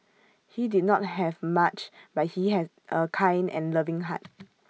he did not have much but he had A kind and loving heart